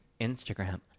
instagram